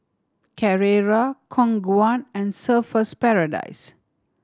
Carrera Khong Guan and Surfer's Paradise